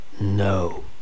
No